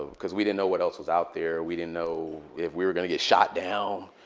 because we didn't know what else was out there. we didn't know if we were going to get shot down.